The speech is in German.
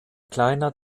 kleiner